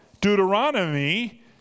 Deuteronomy